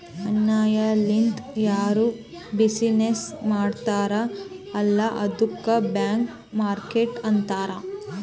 ಅನ್ಯಾಯ ಲಿಂದ್ ಯಾರು ಬಿಸಿನ್ನೆಸ್ ಮಾಡ್ತಾರ್ ಅಲ್ಲ ಅದ್ದುಕ ಬ್ಲ್ಯಾಕ್ ಮಾರ್ಕೇಟ್ ಅಂತಾರ್